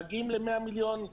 מגיעים למאה מיליון,